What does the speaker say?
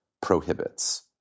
prohibits